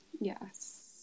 Yes